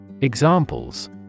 Examples